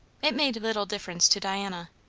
it made little difference to diana.